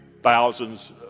thousands